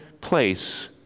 place